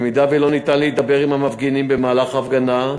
אם אין אפשרות להידבר עם המפגינים במהלך הפגנה,